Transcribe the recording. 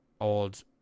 old